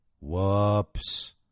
Whoops